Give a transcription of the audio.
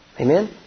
Amen